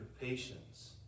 patience